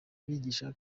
bigisha